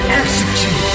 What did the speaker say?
execute